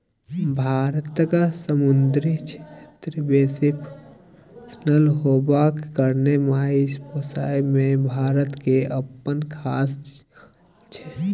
भारतक समुन्दरी क्षेत्र बेसी पसरल होबाक कारणेँ माछ पोसइ मे भारत केर अप्पन खास जगह छै